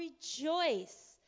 rejoice